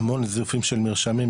המון זיופים של מרשמים,